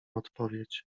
odpowiedź